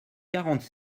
quarante